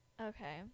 okay